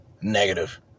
Negative